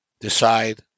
decide